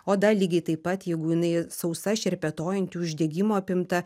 oda lygiai taip pat jeigu jinai sausa šerpetojanti uždegimo apimta